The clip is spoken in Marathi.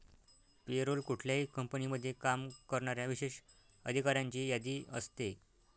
पे रोल कुठल्याही कंपनीमध्ये काम करणाऱ्या विशेष अधिकाऱ्यांची यादी असते